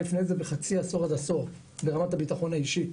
לפני זה בחצי עשור עד עשור ברמת הבטחון האישי,